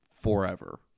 forever